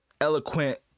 eloquent